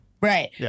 right